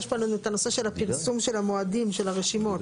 יש לנו את הנושא של הפרסום של המועדים של הרשימות.